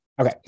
Okay